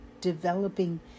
developing